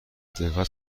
دقت